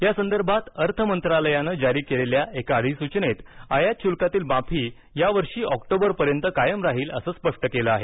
या संदर्भात अर्थ मंत्रालयानं जारी केलेल्या एका अधिसूचनेत आयात शुल्कातील माफी या वर्षी ऑक्टोबरपर्यंत कायम राहील असं स्पष्ट केलं आहे